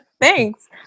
thanks